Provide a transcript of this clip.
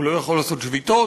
הוא לא יכול לעשות שביתות,